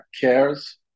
cares